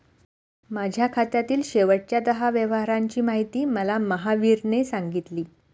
माझ्या खात्यातील शेवटच्या दहा व्यवहारांची माहिती मला महावीरने सांगितली